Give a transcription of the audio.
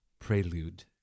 prelude